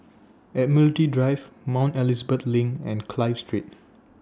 Admiralty Drive Mount Elizabeth LINK and Clive Street